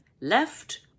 left